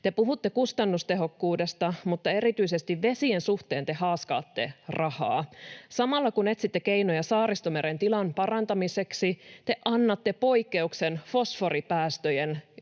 Te puhutte kustannustehokkuudesta, mutta erityisesti vesien suhteen te haaskaatte rahaa. Samalla kun etsitte keinoja Saaristomeren tilan parantamiseksi, te annatte poikkeuksen fosforipäästöjen jatkamiselle